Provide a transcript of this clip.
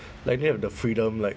like don't have the freedom like